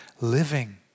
living